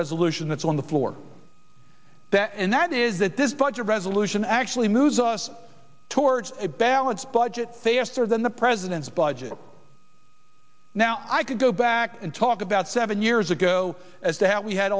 resolution that's on the floor and that is that this budget resolution actually moves us towards a balanced budget faster than the president's budget now i could go back and talk about seven years ago as to how we had